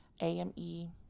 AME